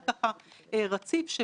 אני חושבת שזה המסר המרכזי